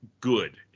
good